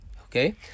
okay